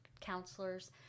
counselors